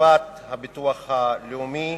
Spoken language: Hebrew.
קצבת הביטוח הלאומי,